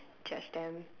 judge them